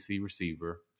receiver